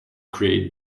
create